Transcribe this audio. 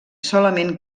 solament